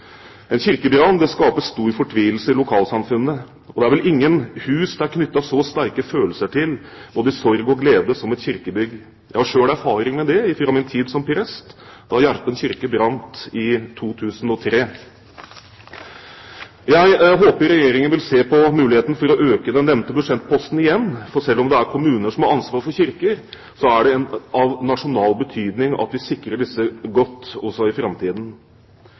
En kirkebrann skaper stor fortvilelse i lokalsamfunnene, og det er vel ingen hus det er knyttet så sterke følelser til, både i sorg og glede, som et kirkebygg. Jeg har selv erfaring med det fra min tid som prest, da Gjerpen kirke brant i 2003. Jeg håper Regjeringen vil se på muligheten for å øke den nevnte budsjettposten igjen, for selv om det er kommunene som har ansvaret for kirkene, er det av nasjonal betydning at vi sikrer disse godt, også i framtiden.